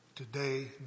Today